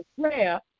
Prayer